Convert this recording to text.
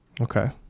Okay